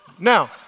Now